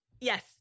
Yes